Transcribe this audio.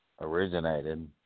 originated